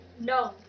No